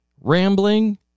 rambling